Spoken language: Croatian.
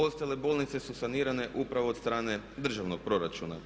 Ostale bolnice su sanirane upravo od strane državnog proračuna.